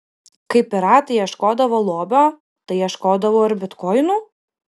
kai piratai ieškodavo lobio tai ieškodavo ir bitkoinų